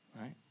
right